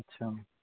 ਅੱਛਾ